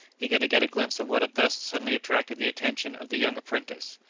eager to get a glimpse of what had thus suddenly attracted the attention of the young apprentice.